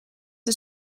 een